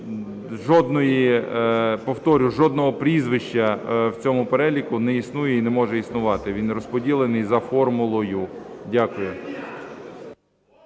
жодного прізвища в цьому переліку не існує і не може існувати, він розподілений за формулою. Дякую.